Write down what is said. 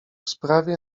sprawie